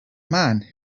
man